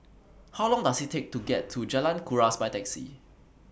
How Long Does IT Take to get to Jalan Kuras By Taxi